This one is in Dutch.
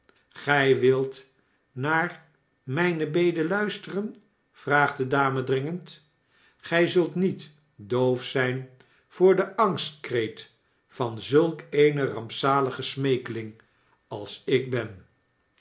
gij wilt naar mijne bede luisteren vraagt de dame dringend gij zultnietdoof zijn voor den angstkreet van zulk eene rampzalige smeekeling als ik ben